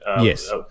Yes